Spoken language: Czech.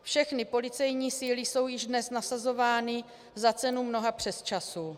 Všechny policejní síly jsou již dnes nasazovány za cenu mnoha přesčasů.